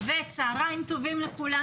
צהריים טובים לכולם,